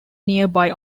nearby